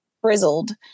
frizzled